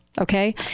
Okay